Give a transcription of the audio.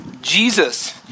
Jesus